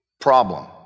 problem